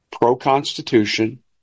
pro-Constitution